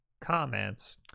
comments